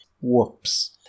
Whoops